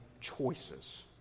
choices